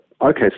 okay